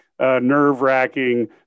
nerve-wracking